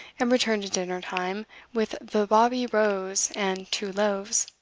and returned at dinner-time with the bawbee rows and two loaves.